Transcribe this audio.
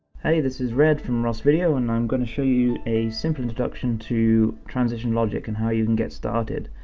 hey, this is red from ross video, and i'm gonna show you a simple introduction to transition logic and how you can get started.